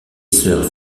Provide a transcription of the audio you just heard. sœurs